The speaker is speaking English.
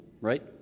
right